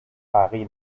paris